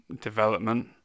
development